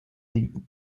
lead